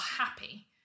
happy